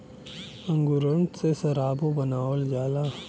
अंगूरन से सराबो बनावल जाला